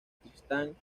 tristán